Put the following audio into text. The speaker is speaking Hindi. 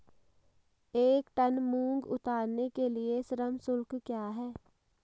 एक टन मूंग उतारने के लिए श्रम शुल्क क्या है?